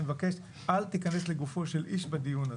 אל תיכנס לגופו של איש בדיון הזה,